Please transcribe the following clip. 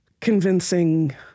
convincing